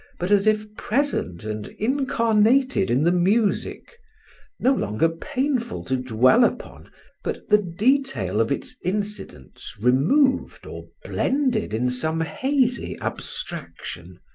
but as if present and incarnated in the music no longer painful to dwell upon but the detail of its incidents removed or blended in some hazy abstraction,